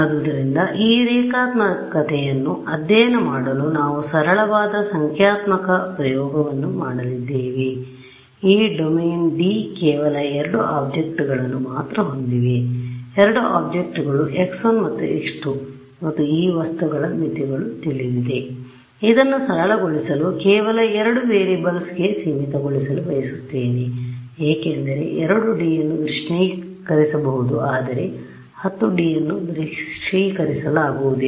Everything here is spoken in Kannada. ಆದ್ದರಿಂದ ಈ ರೇಖಾತ್ಮಕತೆಯನ್ನು ಅಧ್ಯಯನ ಮಾಡಲು ನಾವು ಸರಳವಾದ ಸಂಖ್ಯಾತ್ಮಕ ಪ್ರಯೋಗವನ್ನು ಮಾಡಲಿದ್ದೇವೆಈ ಡೊಮೇನ್ D ಕೇವಲ ಎರಡು ಆಬ್ಜೆಕ್ಟ್ಗಳನ್ನು ಮಾತ್ರ ಹೊಂದಿದೆ ಎರಡು ಆಬ್ಜೆಕ್ಟ್ಗಳು x1 ಮತ್ತು x2 ಮತ್ತು ಈ ವಸ್ತುಗಳ ಮಿತಿಗಳು ತಿಳಿದಿದೆ ಇದನ್ನು ಸರಳಗೊಳಿಸಲು ಕೇವಲ ಎರಡು ವೇರಿಯೇಬಲ್ಸ್ ಗೆ ಸೀಮಿತಗೊಳಿಸಲು ಬಯಸುತ್ತೇನೆ ಏಕೆಂದರೆ 2D ಯನ್ನು ದೃಶ್ಯೀಕರಿಸಬಹುದು ಆದರೆ 10 D ಅನ್ನು ದೃಶ್ಯೀಕರಿಸಲಾಗುವುದಿಲ್ಲ